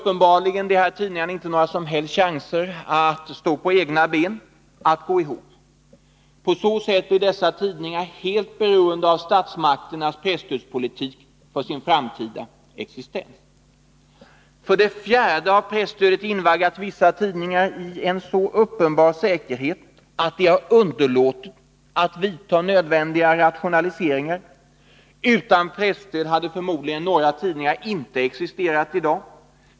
Dessa tidningar har uppenbarligen inte några som helst chanser att stå på egna ben, att gå ihop. På så sätt blir dessa tidningar beroende av statsmakternas presstödspolitik för sin framtida existens. För det fjärde har presstödet invaggat vissa tidningar i en sådan säkerhet att de underlåtit att vidta nödvändiga rationaliseringar. Utan presstöd hade förmodligen några tidningar inte existerat i dag.